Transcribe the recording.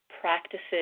practices